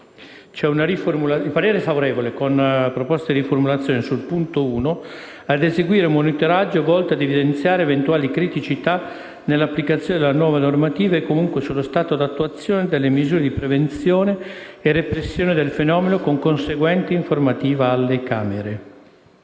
a condizione che il punto 7) degli impegni venga riformulato come segue: «ad eseguire un monitoraggio volto a evidenziare eventuali criticità nell'applicazione della nuova normativa e comunque sullo stato d'attuazione delle misure di prevenzione e repressione del fenomeno, con conseguente informativa alle Camere».